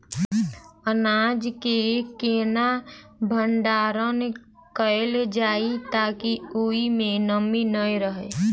अनाज केँ केना भण्डारण कैल जाए ताकि ओई मै नमी नै रहै?